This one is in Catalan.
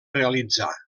realitzar